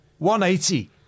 180